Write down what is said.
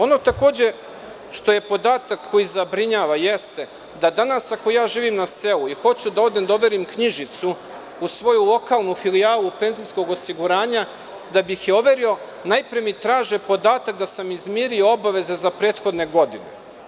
Ono takođe što je podatak koji zabrinjava jeste da danas ako ja živim na selu i hoću da odem da overim knjižicu u svoju lokalnu filijalu penzijskog osiguranja, da bih je overio najpre mi traže podatak da sam izmirio obaveze za prethodne godine.